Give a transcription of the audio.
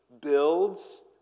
builds